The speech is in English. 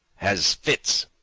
has fits,